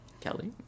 Kelly